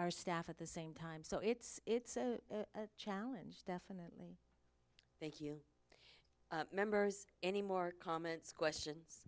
our staff at the same time so it's it's a challenge definitely thank you members any more comments questions